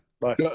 bye